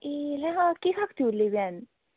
ए ला के खाएको थियो उसले बिहान